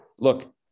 Look